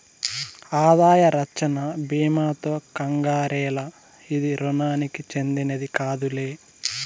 ఆదాయ రచ్చన బీమాతో కంగారేల, ఇది రుణానికి చెందినది కాదులే